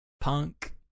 Punk